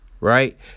right